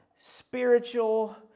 spiritual